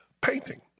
painting